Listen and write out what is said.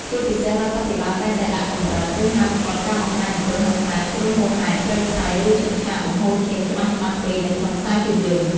ជាពិសេស រដ្ឋាភិបាលតែងតែដាក់កម្រិត ឬហាមឃាត់ការបង្ហាញអំពើហិង្សាជ្រុលហួសហេតុ ព្រៃផ្សៃ ឬឈុតឆាកបង្ហូរឈាមច្បាស់ៗពេកនៅក្នុងខ្សែភាពយន្ត។